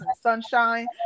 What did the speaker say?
sunshine